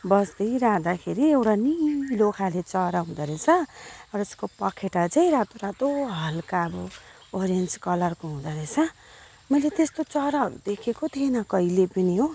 बसि रहदाखेरि एउटा निलो खाले चरा हुँदो रहेछ र उसको पखेटा चाहिँ रातो रातो हलका अब ओरेन्ज कलरको हुँदो रहेछ मैले त्यस्तो चराहरू देखेको थिइनँ कहिले पनि हो